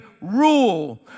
rule